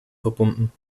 verbunden